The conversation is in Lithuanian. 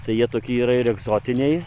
tai jie tokie yra ir egzotiniai